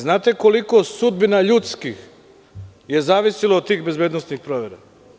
Znate li koliko je sudbina ljudskih zavisilo od tih bezbednosnih provera?